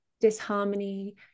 disharmony